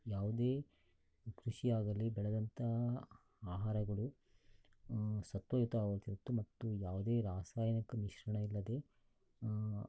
ಯಾವುದೇ ಕೃಷಿ ಆಗಲಿ ಬೆಳೆದಂಥ ಆಹಾರಗಳು ಸತ್ವಯುತವಾಗುತ್ತಿತ್ತು ಮತ್ತು ಯಾವುದೇ ರಾಸಾಯನಿಕ ಮಿಶ್ರಣ ಇಲ್ಲದೇ